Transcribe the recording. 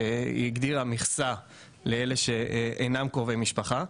שהגדירה מכסה לאלה שאינם קרובי משפחה.